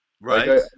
Right